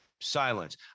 silence